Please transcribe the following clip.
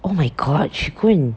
oh my god she go and